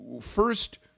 first